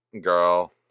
Girl